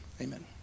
Amen